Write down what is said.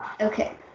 Okay